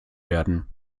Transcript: werden